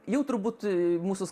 jau turbūt mūsų